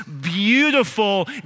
beautiful